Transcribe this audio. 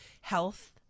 health